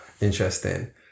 interesting